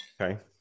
Okay